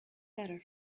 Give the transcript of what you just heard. better